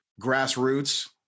grassroots